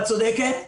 את צודקת.